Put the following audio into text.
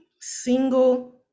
single